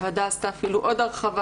הוועדה עשתה אפילו עוד הרחבה,